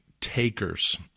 takers